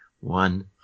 One